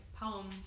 poem